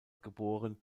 geboren